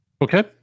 Okay